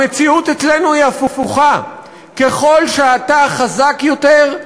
המציאות אצלנו היא הפוכה: ככל שאתה חזק יותר,